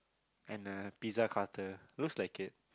and a pizza cutter looks like it